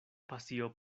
pasio